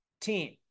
team